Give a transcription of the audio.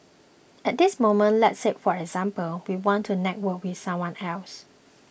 at this moment let's say for example we want to network with someone else